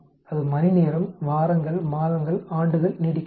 அது மணிநேரம் வாரங்கள் மாதங்கள் ஆண்டுகள் நீடிக்குமா